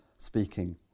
speaking